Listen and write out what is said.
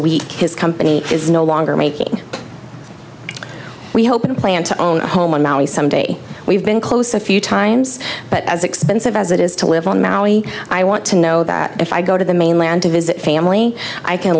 week his company is no longer making we hope and plan to own a home and now some day we've been close a few times but as expensive as it is to live on maui i want to know that if i go to the mainland to visit family i can